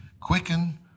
quicken